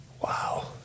Wow